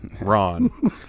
ron